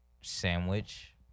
sandwich